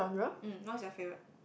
um what is your favourite